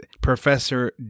Professor